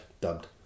dubbed